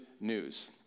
news